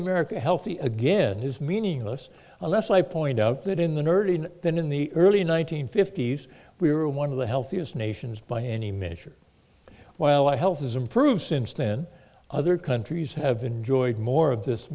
america healthy again is meaningless unless i point out that in the nurdin than in the early one nine hundred fifty s we were one of the healthiest nations by any measure while i health has improved since then other countries have enjoyed more of this